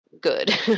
good